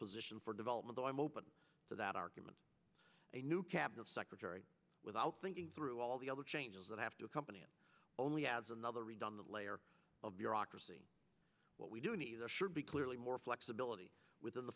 position for development so i'm open to that argument a new cabinet secretary without thinking through all the other changes that have to accompany it only adds another read on the layer of bureaucracy what we do neither should be clearly more flexibility within the